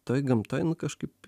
toj gamtoj nu kažkaip